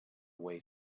way